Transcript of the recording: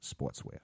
Sportswear